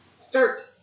Start